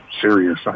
serious